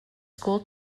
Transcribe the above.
school